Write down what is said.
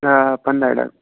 آ پنٛداہ ڈبہٕ